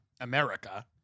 America